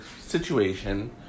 situation